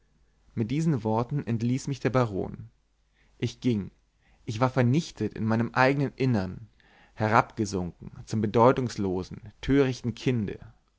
mit diesen worten entließ mich der baron ich ging ich war vernichtet in meinem eignen innern herabgesunken zum bedeutungslosen törichten kinde